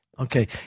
Okay